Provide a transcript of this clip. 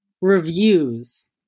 reviews